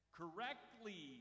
correctly